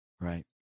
right